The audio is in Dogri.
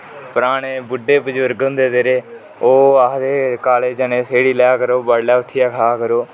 पराने बुडे बजुर्ग होंदे जेहडे ओह् आक्खदे है काले चने सेड़ी लेआ करो बडले उ'ट्ठियै खा करो